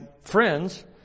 friends